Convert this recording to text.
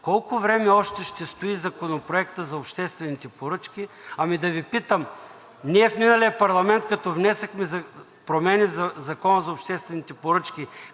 колко време още ще стои Законопроектът за обществените поръчки, ами да Ви питам: ние в миналия парламент, като внесохме промени в Закона за обществените поръчки,